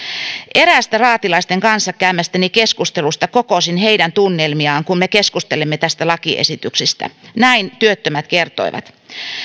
eräästä raatilaisten kanssa käymästäni keskustelusta kokosin heidän tunnelmiaan kun me keskustelimme tästä lakiesityksestä näin työttömät kertoivat